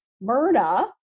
Myrna